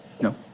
No